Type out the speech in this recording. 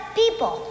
people